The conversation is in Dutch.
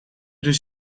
dus